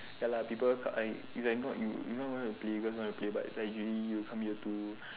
ya lah people if not you if not you not wanna play you not gonna play but is like actually you come here to